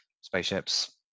spaceships